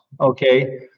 Okay